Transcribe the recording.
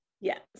yes